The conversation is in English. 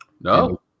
No